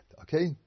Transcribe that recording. Okay